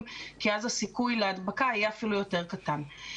כי אז הסיכוי להדבקה יהיה אפילו יותר קטן.